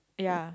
ya